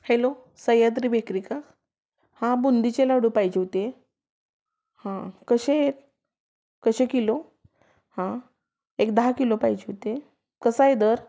hello Sahyadri bakery का हां बुंदीचे लाडू पाहिजे होते हां कसे आहेत कसे किलो हां एक दहा किलो पाहिजे होते कसा आहे दर